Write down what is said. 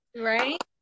Right